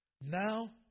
Now